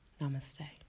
Namaste